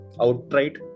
outright